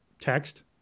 text